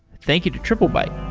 thank you to triplebyte